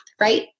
right